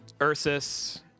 Ursus